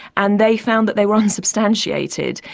and they found that they were unsubstantiated.